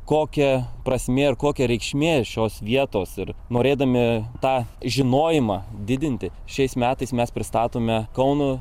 kokia prasmė ar kokia reikšmė šios vietos ir norėdami tą žinojimą didinti šiais metais mes pristatome kauno